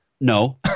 No